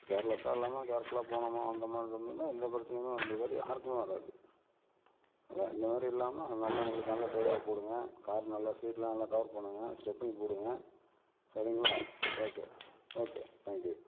கேர்லெஸ்ஸாக இல்லாமல் கேர்ஃபுல்லாக போனோமா வந்தோமான்னு இருந்திருந்தா எந்த பிரச்சனையுமே வந்திருக்காது யாருக்குமே வராது அதான் இந்த மாதிரி இல்லாமல் நல்லவங்களாக நல்ல டிரைவரை போடுங்க காரில் நல்ல சீட்டெலாம் நல்லா கவர் பண்ணுங்க ஸ்டெப்னி போடுங்க சரிங்களா it's okay okay thank you